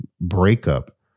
breakup